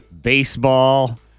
Baseball